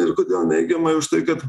ir kodėl neigiamai už tai kad